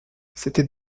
c’était